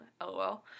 LOL